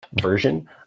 version